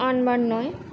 আনবার নয়